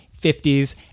50s